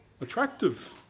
attractive